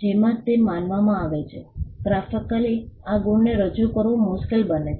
જેમાં તે માનવામાં આવે છે ગ્રાફિકલી આ ગુણને રજૂ કરવું મુશ્કેલ બને છે